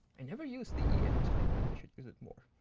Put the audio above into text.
and never use the em type. maybe i should use it more.